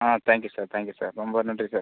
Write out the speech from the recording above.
ஆ thank you sir thank you sir ரொம்ப நன்றி sir